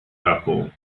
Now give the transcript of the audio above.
apple